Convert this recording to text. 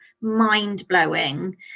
mind-blowing